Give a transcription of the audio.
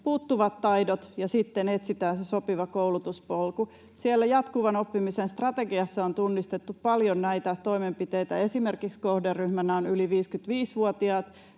puuttuvat taidot ovat, ja sitten etsitään se sopiva koulutuspolku. Siellä jatkuvan oppimisen strategiassa on tunnistettu paljon näitä toimenpiteitä. Esimerkiksi kohderyhmänä on yli 55-vuotiaat